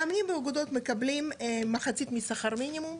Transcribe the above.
מאמנים באגודות מקבלים מחצית משכר מינימום.